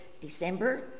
December